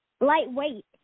Lightweight